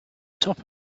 top